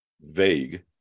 vague